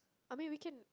I mean weekend